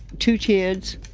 two kids.